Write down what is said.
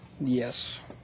Yes